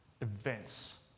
events